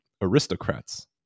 aristocrats